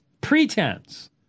pretense